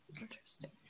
Interesting